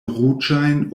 ruĝajn